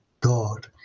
God